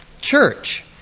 church